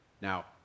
Now